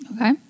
Okay